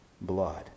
Blood